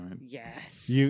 Yes